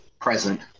present